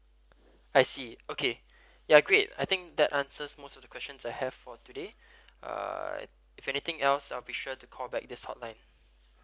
I see okay ya great I think that answers most of the questions I have for today uh if anything else I'll be sure to call back this hotline